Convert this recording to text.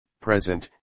present